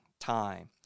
time